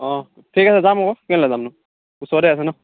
অ ঠিক আছে যাম আকৌ কেলৈ নাযামনো ওচৰতে আছে ন'